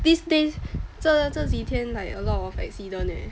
these days 真的这几天 like a lot of accident leh